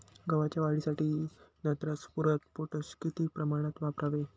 गव्हाच्या वाढीसाठी नत्र, स्फुरद, पोटॅश किती प्रमाणात वापरावे?